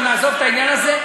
אבל נעזוב את העניין הזה.